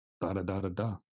da-da-da-da-da